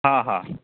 हां हां